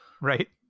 Right